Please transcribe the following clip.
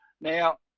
now